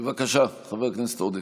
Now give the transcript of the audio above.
בבקשה, חבר הכנסת עודה.